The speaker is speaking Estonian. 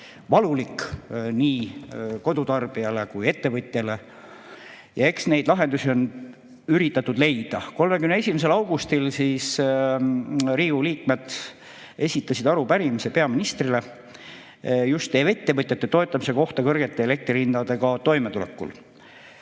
valulik nii kodutarbijale kui ettevõtjale. Ja eks neid lahendusi on üritatud leida. 31. augustil siis Riigikogu liikmed esitasid arupärimise peaministrile just ettevõtjate toetamise kohta kõrgete elektrihindadega toimetulekul.